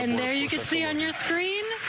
and there you can see on your screen.